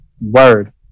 Word